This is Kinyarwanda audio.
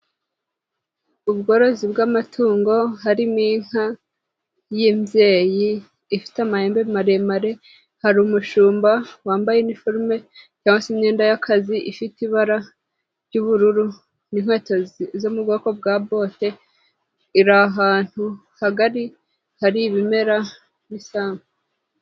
Ubworozi bw'amatungo harimo inka y'imbyeyi ifite amahembe maremare hari umushumba wambaye iniforume cyangwa se imyenda y'akazi ifite ibara ry'ubururu inkweto zo mu bwoko bwa bote iri ahantu hagari hari ibimera bisa.